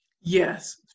Yes